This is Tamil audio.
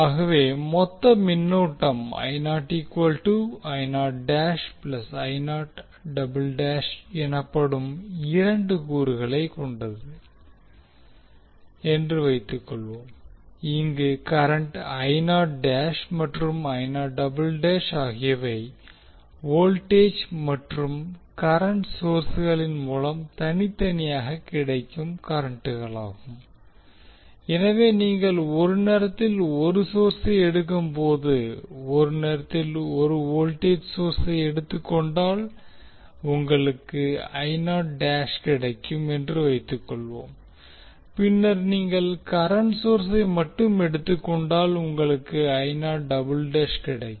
ஆகவே மொத்த மின்னோட்டம் எனப்படும் இரண்டு கூறுகளைக் கொண்டது என்று வைத்துக் கொள்வோம் இங்கு கரண்ட் மற்றும் ஆகியவை வோல்டேஜ் மற்றும் கரண்ட் சோர்ஸ்களின் மூலம் தனித்தனியாக கிடைக்கும் கரண்ட்களாகும் எனவே நீங்கள் ஒரு நேரத்தில் ஒரு சோர்ஸை எடுக்கும்போது ஒரு நேரத்தில் வோல்டேஜ் சோர்ஸை எடுத்துக் கொண்டால் உங்களுக்கு கிடைக்கும் என்று வைத்துக்கொள்வோம் பின்னர் நீங்கள் கரண்ட் சோர்ஸை மட்டும் எடுத்துக் கொண்டால் உங்களுக்கு கிடைக்கும்